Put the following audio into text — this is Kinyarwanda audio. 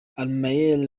armel